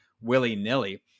willy-nilly